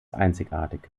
einzigartig